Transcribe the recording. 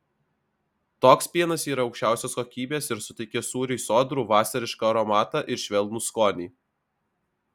toks pienas yra aukščiausios kokybės ir suteikia sūriui sodrų vasarišką aromatą ir švelnų skonį